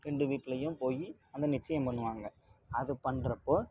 ரெண்டு வீட்லேயும் போய் அந்த நிச்சயம் பண்ணுவாங்க அது பண்ணுறப்போ